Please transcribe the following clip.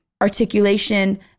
articulation